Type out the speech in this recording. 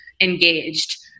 engaged